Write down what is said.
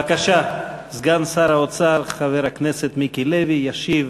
בבקשה, סגן שר האוצר, חבר הכנסת מיקי לוי, ישיב